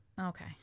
Okay